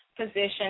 position